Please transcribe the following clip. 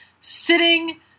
sitting